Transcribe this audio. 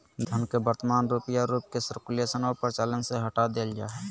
धन के वर्तमान रूप या रूप के सर्कुलेशन और प्रचलन से हटा देल जा हइ